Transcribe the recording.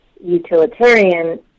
utilitarian